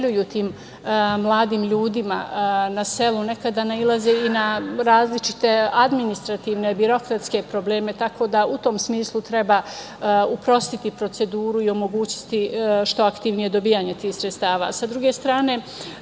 se dodeljuju tim mladim ljudima. Na selu nekada nailaze i na različite administrativne, birokratske probleme, tako da u tom smislu treba uprostiti proceduru i omogućiti što aktivnije dobijanje tih sredstava. Sa